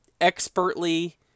expertly